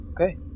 okay